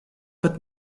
but